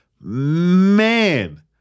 man